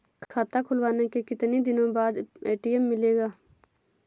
खाता खुलवाने के कितनी दिनो बाद ए.टी.एम मिलेगा?